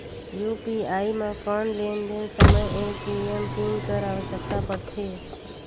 UPI म कौन लेन देन समय ए.टी.एम पिन कर आवश्यकता पड़थे?